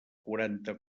quaranta